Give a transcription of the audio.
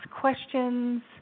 questions